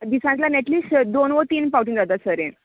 दिसातल्यान at least दोन वो तीन पावटी जाता सर हें